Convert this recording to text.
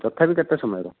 ତଥାପି କେତେ ସମୟର